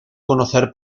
conocer